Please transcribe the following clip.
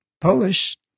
Polish